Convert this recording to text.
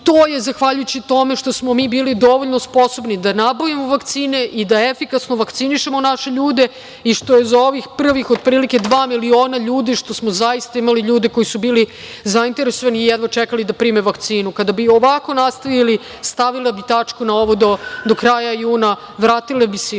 i to je zahvaljujući tome što smo mi bili dovoljno sposobni da nabavimo vakcine i da efikasno vakcinišemo naše ljude i što za ovih prvih otprilike dva miliona ljudi, što smo zaista imali ljude koji su bili zainteresovani i jedva čekali da prime vakcinu. Kada bi ovako nastavili, stavili bi tačku na ovo do kraja juna, vratili bi se